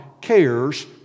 cares